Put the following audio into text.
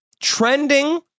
trending